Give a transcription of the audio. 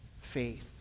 faith